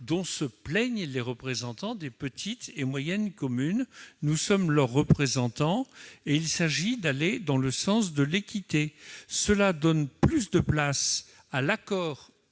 dont se plaignent les élus des petites et moyennes communes, et nous sommes leurs représentants ... Il faut aller dans le sens de l'équité, pour donner plus de place à l'accord